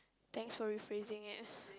thanks for rephrasing it